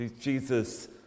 Jesus